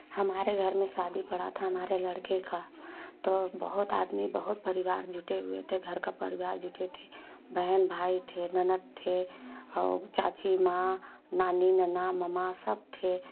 हमारे घर में शादी पड़ा था हमारे लड़के का तो बहुत आदमी बहुत परिवार जुटे हुए थे घर का परिवार जुटे थे बहन भाई थे ननद थे और चाची माँ नानी नाना मामा सब थे